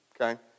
okay